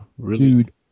Dude